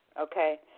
okay